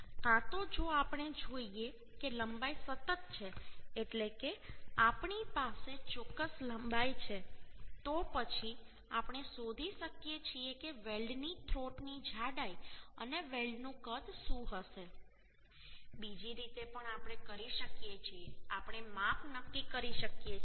કાં તો જો આપણે જોઈએ કે લંબાઈ સતત છે એટલે કે આપણી પાસે ચોક્કસ લંબાઈ છે તો પછી આપણે શોધી શકીએ છીએ કે વેલ્ડની થ્રોટની જાડાઈ અને વેલ્ડનું કદ શું હશે બીજી રીતે પણ આપણે કરી શકીએ છીએ આપણે માપ નક્કી કરી શકીએ છીએ